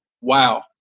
wow